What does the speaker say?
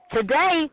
Today